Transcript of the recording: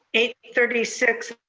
eight thirty six